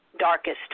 darkest